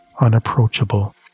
Unapproachable